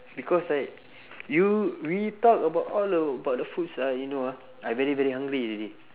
because I you we talk about all the about the foods ah you know ah I very very hungry already